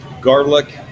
garlic